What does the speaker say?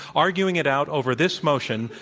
arguing it out over this motion,